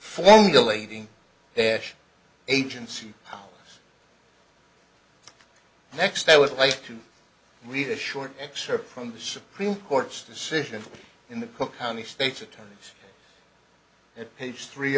formulating their agency next i would like to read a short excerpt from the supreme court's decision in the cook county state's attorneys that page three